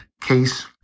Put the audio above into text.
case